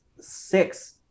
six